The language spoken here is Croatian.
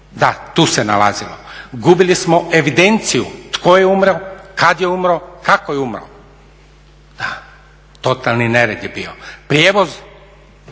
Da, tu se nalazimo. Gubili smo evidenciju tko je umro, kad je umro, kako je umro. Da, totalni nered je bio. Prijevoz